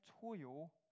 toil